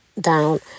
down